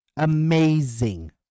Amazing